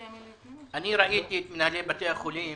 אני ראיתי את מנהלי בתי החולים